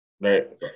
Right